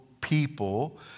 people